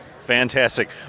Fantastic